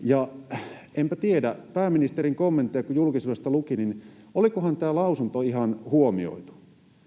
ja enpä tiedä, pääministerin kommentteja kun julkisuudesta luki, olikohan tämä lausunto ihan huomioitu.